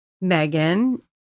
Megan